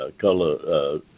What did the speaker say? color